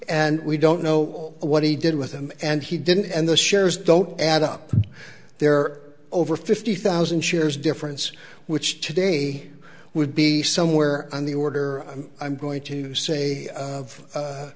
and we don't know what he did with them and he didn't and the shares don't add up there are over fifty thousand shares difference which today would be somewhere on the order i'm going to say of a